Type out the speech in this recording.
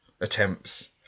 attempts